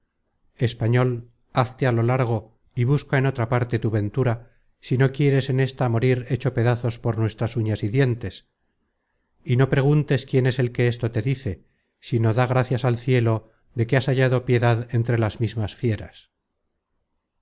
español hazte á lo largo y busca en otra parte tu ventura si no quieres en ésta morir hecho pedazos por nuestras uñas y dientes y no preguntes quién es el que esto te dice sino da gracias al cielo de que has hallado piedad entre las mismas fieras